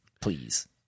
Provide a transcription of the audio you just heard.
Please